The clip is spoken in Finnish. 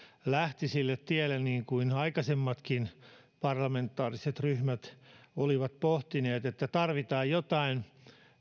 lähti sille tielle niin kuin aikaisemmatkin parlamentaariset ryhmät olivat pohtineet että tarvitaan jotain